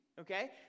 okay